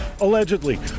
allegedly